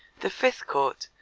the fifth court,